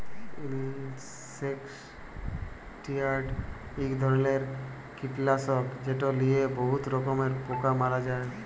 insecticide ইক ধরলের কিটলাসক যেট লিয়ে বহুত রকমের পোকা মারা হ্যয়